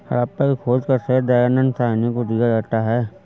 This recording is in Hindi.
हड़प्पा की खोज का श्रेय दयानन्द साहनी को दिया जाता है